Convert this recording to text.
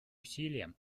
усилиям